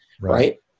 Right